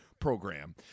program